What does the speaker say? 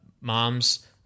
mom's